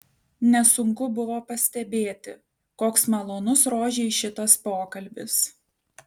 nesunku buvo pastebėti koks malonus rožei šitas pokalbis